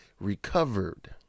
recovered